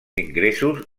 ingressos